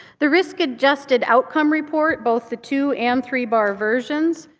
the risk-adjusted outcome report, both the two and three-bar versions.